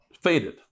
faded